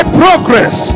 progress